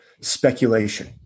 speculation